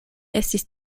estis